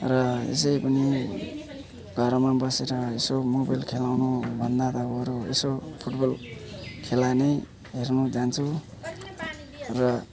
र अझ पनि घरमा बसेर यसो मोबाइल खेलाउनु भन्दा त बरु गएर यसो फुट बल खेला नै हेर्न जान्छु र